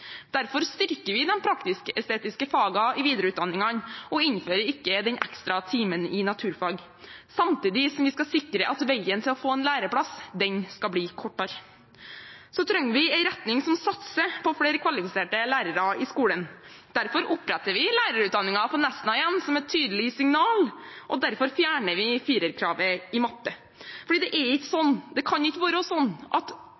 Derfor styrker vi de praktisk-estetiske fagene i videreutdanningene og innfører ikke den ekstra timen i naturfag. Samtidig skal vi sikre at veien til å få en læreplass skal bli kortere. Så trenger vi en retning som satser på flere kvalifiserte lærere i skolen. Derfor oppretter vi lærerutdanningen på Nesna igjen, som et tydelig signal, og derfor fjerner vi firerkravet i matte. For det er ikke sånn, det kan ikke være sånn, at